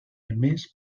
emés